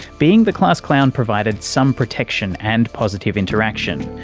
being the class clown provided some protection and positive interaction,